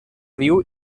viu